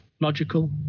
logical